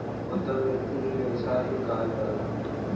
उद्यम वृत्ति इ व्यवसाय के कहल जाला